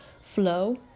flow